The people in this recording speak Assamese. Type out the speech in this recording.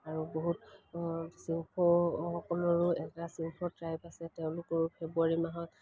আৰু বহুত চিংফৌসকলৰো এটা চিংফৌ ট্ৰাইব আছে তেওঁলোকৰো ফেব্ৰুৱাৰী মাহত